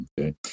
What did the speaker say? Okay